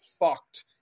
fucked